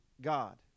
God